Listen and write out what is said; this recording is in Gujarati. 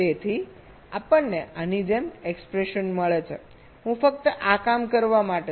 તેથી આપણને આની જેમ એક્ષ્પ્રેસન મળે છે હું ફક્ત આ કામ કરવા માટે છું